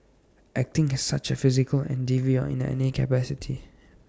acting is such A physical endeavour in any capacity